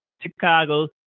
Chicago